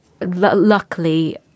Luckily